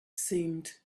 seemed